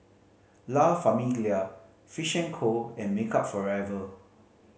La Famiglia Fish and Co and Makeup Forever